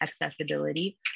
accessibility